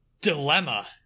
dilemma